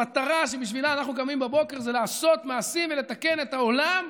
המטרה שבשבילה אנחנו קמים בבוקר זה לעשות מעשים ולתקן את העולם.